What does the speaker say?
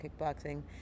kickboxing